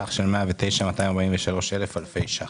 סך של 109,243 אלפי שקלים.